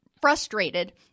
frustrated